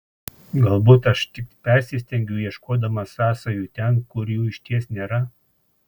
galbūt aš tik persistengiu ieškodama sąsajų ten kur jų išties nėra